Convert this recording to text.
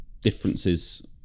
differences